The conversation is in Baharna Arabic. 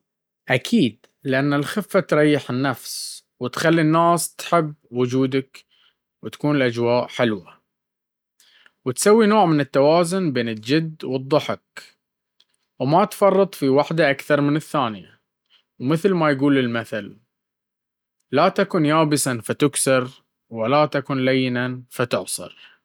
أكيد، لأن الخفة تريح النفس وتخلي الناس تحب وجودك وتكون الأجواء حلوة, وتسوي نوع من التوازن بين الجد والضحك وما تفرط في وحده اكثر من الثانية ومثل ما يقول المثل لاتكن يابسا فتكسر ولاتكن لينا فتعصر.